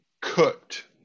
cooked